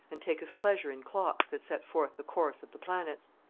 and taketh pleasure in clocks that set forth the course of the planets.